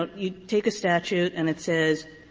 but you take a statute and it says,